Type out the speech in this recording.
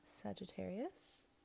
Sagittarius